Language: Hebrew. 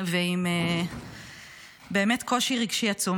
ועם באמת קושי רגשי עצום.